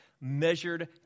measured